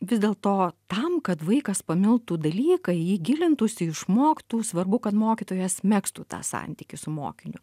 vis dėlto tam kad vaikas pamiltų dalyką į jį gilintųsi išmoktų svarbu kad mokytojas megztų tą santykį su mokiniu